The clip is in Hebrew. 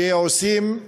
שעושים,